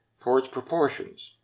for its proportions.